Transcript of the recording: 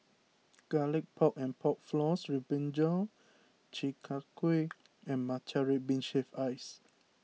Garlic Pork and Pork Floss with Brinjal Chi Kak Kuih and Matcha Red Bean Shaved Ice